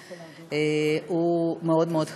הוא מאוד מאוד חשוב.